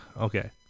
Okay